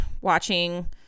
watching